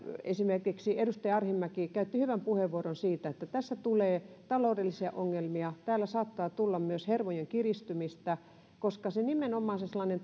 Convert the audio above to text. esimerkiksi edustaja arhinmäki käytti hyvän puheenvuoron että tulee taloudellisia ongelmia saattaa tulla myös hermojen kiristymistä ja nimenomaan se sellainen